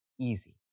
easy